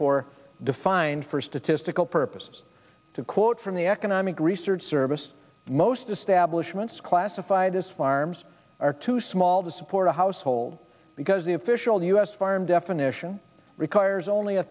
for defined for statistical purposes to quote from the economic research service most establishment classified as farms are too small to support a household because the official u s farm definition requires only a